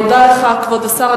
אני מודה לך, כבוד השר.